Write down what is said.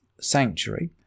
sanctuary